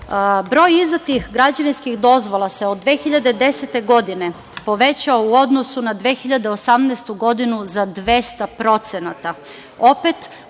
izdatih građevinskih dozvola se od 2010. godine povećao u odnosu na 2018. godinu za 200%. Opet,